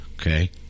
okay